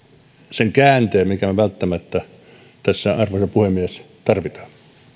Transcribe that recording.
sen käänteen mikä välttämättä tässä arvoisa puhemies tarvitaan